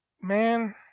Man